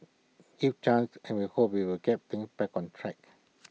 give chance and we hope we will give things back on track